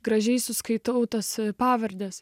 gražiai suskaitau tos pavardės